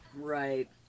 Right